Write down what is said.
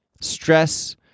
stress